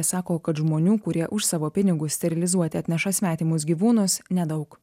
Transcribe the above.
sako kad žmonių kurie už savo pinigus sterilizuoti atneša svetimus gyvūnus nedaug